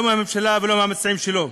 לא מהממשלה ולא מהמציעים שלו.